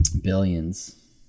Billions